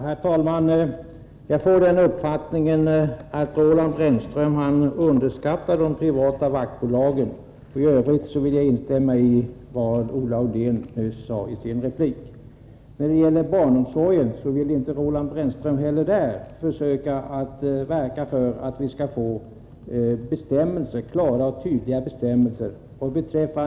Herr talman! Jag får den uppfattningen att Roland Brännström underskattar de privata vaktbolagen. I övrigt vill jag instämma i vad Olle Aulin nyss sade i sin replik. Inte heller när det gäller barnomsorgen vill Roland Brännström verka för att vi skall få klara och entydiga bestämmelser.